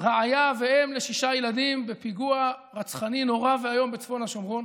רעיה ואם לשישה ילדים בפיגוע רצחני נורא ואיום בצפון השומרון.